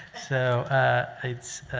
so it's